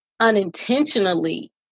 unintentionally